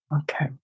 okay